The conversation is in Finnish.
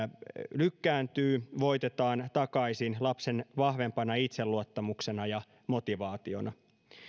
lykkääntyy voitetaan takaisin lapsen vahvempana itseluottamuksena ja motivaationa